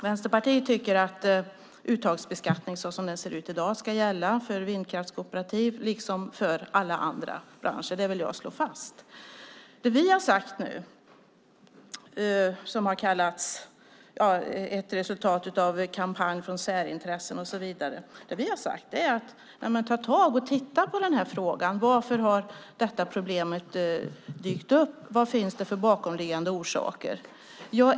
Vänsterpartiet tycker att uttagsbeskattning så som den ser ut i dag ska gälla för vindkraftskooperativ liksom för alla andra branscher. Det vill jag slå fast. Det som vi nu har sagt, som har kallats ett resultat av en kampanj från särintressen och så vidare, är att man ska ta tag i och titta på denna fråga. Varför har detta problem dykt upp? Vilka bakomliggande orsaker finns?